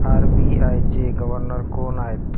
R B आयचे governor कोण आहेत